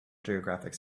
geographic